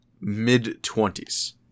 mid-twenties